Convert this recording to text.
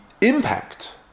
impact